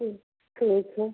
ठीक ठीक है